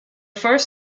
first